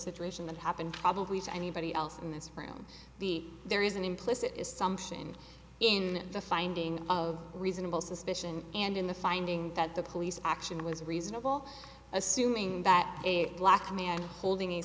situation that happened probably to anybody else in this room the there is an implicit assumption in the finding of reasonable suspicion and in the finding that the police action was reasonable assuming that a black man holding a